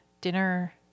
Dinner